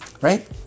right